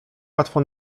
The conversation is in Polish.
łatwo